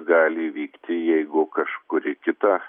gali įvykti jeigu kažkuri kita